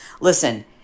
Listen